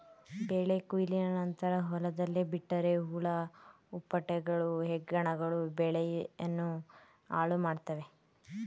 ಬೆಳೆ ಕೊಯ್ಲಿನ ನಂತರ ಹೊಲದಲ್ಲೇ ಬಿಟ್ಟರೆ ಹುಳ ಹುಪ್ಪಟೆಗಳು, ಹೆಗ್ಗಣಗಳು ಬೆಳೆಯನ್ನು ಹಾಳುಮಾಡುತ್ವೆ